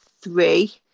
three